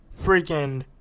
freaking